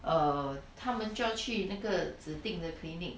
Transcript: err 他们就要去那个指定的 clinic